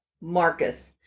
Marcus